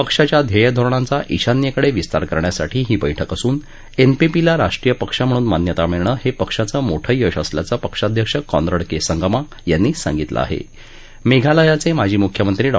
पक्षाच्या ध्यखीरणांचा ईशान्यक्रिड विस्तार करण्यासाठी ही बैठक असून एनपीपीला राष्ट्रीय पक्ष म्हणून मान्यता मिळणं हपिक्षाचं मोठं यश असल्याचं पक्षाध्यक्ष कॉन्रड क उंगमा यांनी सांगितलं आहा मध्येलयाच माजी मुख्यमंत्री डॉ